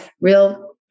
real